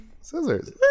Scissors